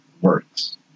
works